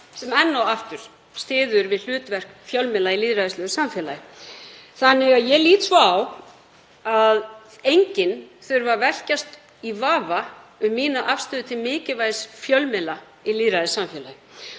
sem enn og aftur styður við hlutverk fjölmiðla í lýðræðislegu samfélagi. Ég lít svo á að enginn þurfi að velkjast í vafa um mína afstöðu til mikilvægis fjölmiðla í lýðræðissamfélagi.